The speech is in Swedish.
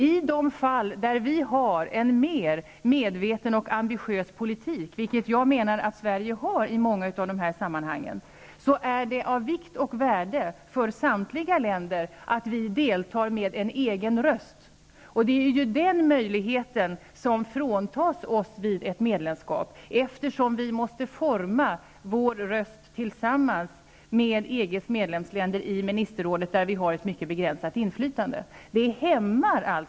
I de fall där vi har en mer medveten och ambitiös politik, och det menar jag att Sverige har i många sammanhang, är det av vikt och värde för samtliga länder att vi deltar med en egen röst. Det är den möjligheten som fråntas oss vid ett medlemskap. Vi måste ju forma vår röst tillsammans med EG:s medlemsländer i ministerrådet, där vi har ett mycket begränsat inflytande.